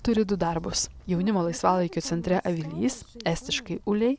turi du darbus jaunimo laisvalaikio centre avilys estiškai ulei